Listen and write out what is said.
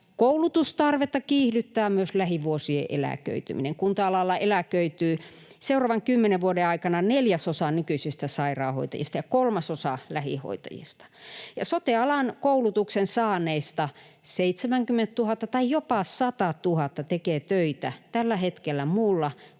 koulutustarvetta kiihdyttää myös lähivuosien eläköityminen. Kunta-alalla eläköityy seuraavan kymmenen vuoden aikana neljäsosa nykyisistä sairaanhoitajista ja kolmasosa lähihoitajista. Ja sote-alan koulutuksen saaneista 70 000 tai jopa 100 000 tekee töitä tällä hetkellä muualla kuin koulutuksensa